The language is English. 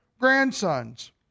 grandsons